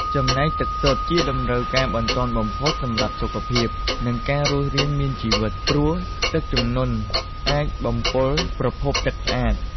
ចំណែកទឹកសុទ្ធ ជាតម្រូវការបន្ទាន់បំផុតសម្រាប់សុខភាព និងការរស់រានមានជីវិត ព្រោះទឹកជំនន់អាចបំពុលប្រភពទឹកស្អាត។